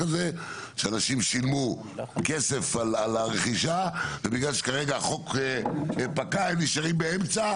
כזה שאנשים שילמו כסף על הרכישה ובגלל שכרגע החוק פקע הם נשארים באמצע.